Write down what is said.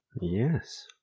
yes